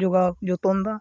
ᱡᱚᱜᱟᱣ ᱡᱚᱛᱚᱱ ᱫᱟ